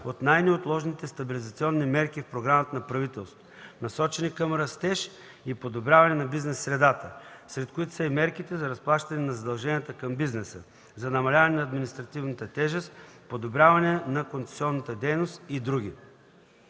от най-неотложните стабилизационни мерки в програмата на правителството, насочени към растеж и подобряване на бизнес средата, сред които са и мерките за разплащане на задълженията към бизнеса, за намаляване на административната тежест, подобряване на концесионната дейност и други.